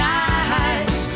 eyes